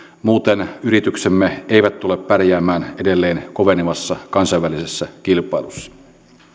muuten yrityksemme eivät tule pärjäämään edelleen kovenevassa kansainvälisessä kilpailussa